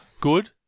Good